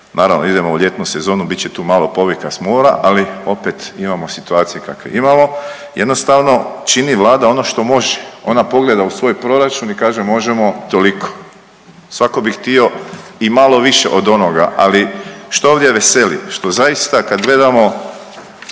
naravno idemo u ljetnu sezonu bit će tu malo povika s mora ali opet imamo situacije kakve imamo, jednostavno čini Vlada ono što može. Ona pogleda u svoj proračun i kaže možemo toliko. Svatko bi htio i malo više od onoga. Ali što ovdje veseli? Što zaista kada gledamo